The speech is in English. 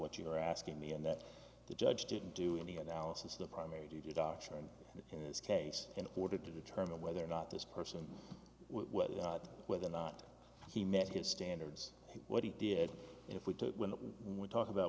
what you were asking me and that the judge didn't do any analysis of the primary duty doctor in his case in order to determine whether or not this person whether or not whether or not he met his standards what he did if we took one would talk about